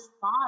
thought